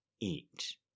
eat